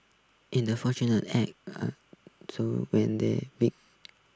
in the fortunate ants when they dig